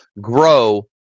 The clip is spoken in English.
grow